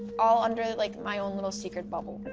all under like my own little secret bubble.